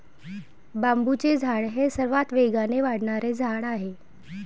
बांबूचे झाड हे सर्वात वेगाने वाढणारे झाड आहे